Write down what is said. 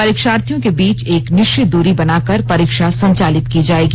परीक्षार्थियों के बीच एक निश्चित दूरी बनाकर परीक्षा संचालित की जाएगी